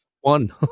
one